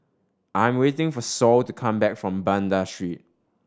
I'm waiting for Saul to come back from Banda Street